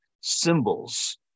symbols